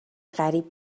غریب